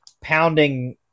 pounding